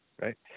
right